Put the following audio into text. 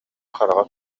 хараҕа